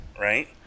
right